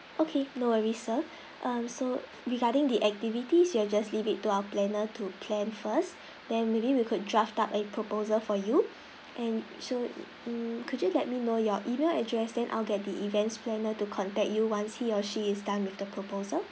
okay no worry sir um so regarding the activities you will just leave it to our planner to plan first then maybe we could draft up a proposal for you and so err could you let me know your email address then I'll get the events planner to contact you once he or she is done with the proposal